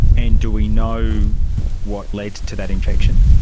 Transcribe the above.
and do we know what led to that infection?